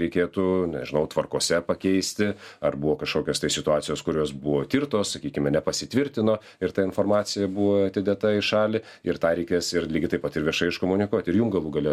reikėtų nežinau tvarkose pakeisti ar buvo kažkokios tai situacijos kurios buvo tirtos sakykime nepasitvirtino ir ta informacija buvo atidėta į šalį ir tą reikės ir lygiai taip pat ir viešai iškomunikuoti ir jum galų gale